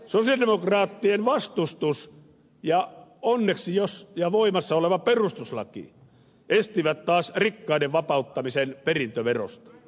sosialidemokraattien vastustus ja onneksi voimassa oleva perustuslaki estivät taas rikkaiden vapauttamisen perintöverosta